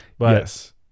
Yes